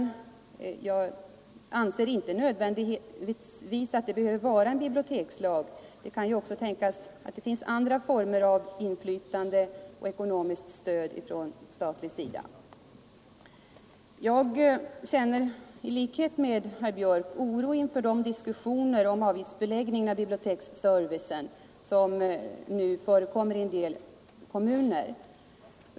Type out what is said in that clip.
Jag anser inte att det nödvändigtvis behövs en bibliotekslag — det kan ju också tänkas andra former av inflytande och ekonomiskt stöd från statens sida. Jag känner i likhet med herr Björk oro inför de diskussioner om avgiftsbeläggning av biblioteksservicen som nu förekommer i en del kommuner.